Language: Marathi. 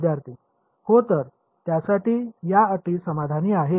विद्यार्थी हो तर त्यासाठी या अटी समाधानी आहेत